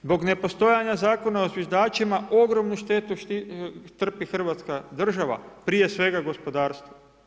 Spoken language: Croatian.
Zbog nepostojanja Zakona o zviždačima ogromnu trpi hrvatska država, prije svega gospodarstvo.